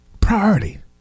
Priority